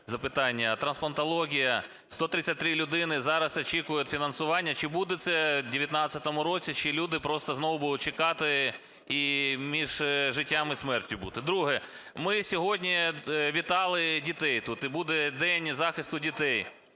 трансплантологія, 133 людини зараз очікують фінансування. Чи буде це в 19-му році, чи люди просто знову будуть чекати і між життям і смертю бути? Друге. Ми сьогодні вітали дітей тут і буде День захисту дітей.